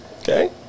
Okay